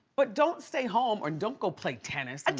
but don't stay home, and don't go play tennis. and